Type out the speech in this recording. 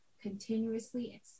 continuously